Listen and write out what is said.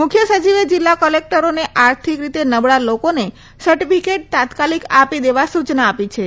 મુખ્ય સચિવે જીલ્લા કલેકટરોને આર્થિક નબળા લોકોને સર્ટીફીકેટ તાત્કાલિક આપી દેવા સુચના આપી છે